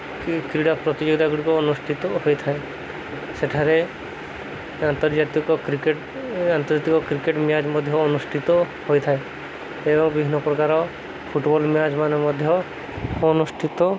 କି କ୍ରୀଡ଼ା ପ୍ରତିଯୋଗତା ଗୁଡ଼ିକ ଅନୁଷ୍ଠିତ ହୋଇଥାଏ ସେଠାରେ ଆନ୍ତର୍ଜାତିକ କ୍ରିକେଟ୍ ଆନ୍ତର୍ଜାତିକ କ୍ରିକେଟ୍ ମ୍ୟାଚ୍ ମଧ୍ୟ ଅନୁଷ୍ଠିତ ହୋଇଥାଏ ଏବଂ ବିଭିନ୍ନ ପ୍ରକାର ଫୁଟବଲ୍ ମ୍ୟାଚ୍ ମାନ ମଧ୍ୟ ଅନୁଷ୍ଠିତ